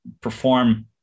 perform